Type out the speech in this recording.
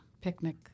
picnic